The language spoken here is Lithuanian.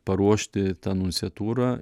paruošti tą nunciatūrą